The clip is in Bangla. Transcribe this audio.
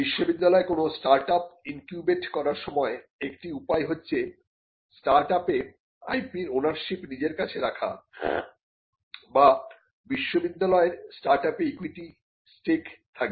বিশ্ববিদ্যালয়ে কোন স্টার্টআপ ইনকিউবেট করার সময়ে একটি উপায় হচ্ছে স্টার্টআপে IP র ওনারশিপ নিজের কাছে রাখা বা বিশ্ববিদ্যালয়ের স্টার্টআপে ইকুইটি স্টেক থাকবে